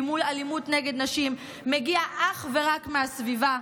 מול אלימות נגד נשים מגיע אך ורק מהסביבה.